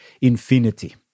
infinity